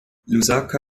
lusaka